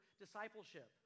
discipleship